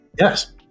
Yes